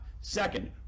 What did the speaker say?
Second